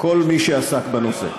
כל מי שעסק בנושא.